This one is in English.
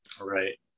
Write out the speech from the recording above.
Right